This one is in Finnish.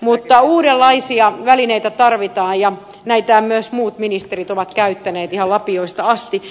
mutta uudenlaisia välineitä tarvitaan ja näitä myös muut ministerit ovat käyttäneet ihan lapioista asti